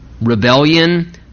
Rebellion